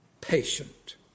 Patient